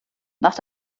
nach